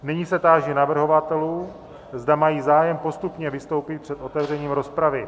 Nyní se táži navrhovatelů, zda mají zájem postupně vystoupit před otevřením rozpravy.